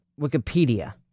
Wikipedia